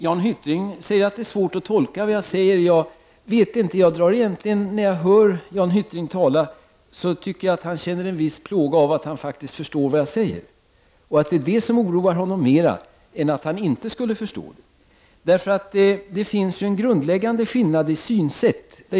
Jan Hyttring säger att det svårt att tolka vad jag säger. När jag hör Jan Hyttring tala tycker jag han känner en viss plåga av att han faktiskt förstår vad jag säger. Det oroar honom mera än att han inte skulle förstå. Det finns en grundläggande skillnad i synsätt.